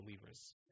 believers